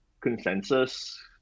consensus